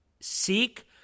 seek